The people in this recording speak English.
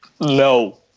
no